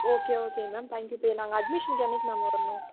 okay okay ma'am thank you இப்போ நாங்கள் அட்மிஷன்க்கு என்னைக்கு மேம் வரணும்